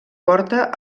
porta